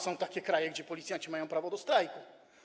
Są takie kraje, gdzie policjanci mają prawo do strajku.